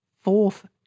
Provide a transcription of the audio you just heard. fourth